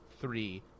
three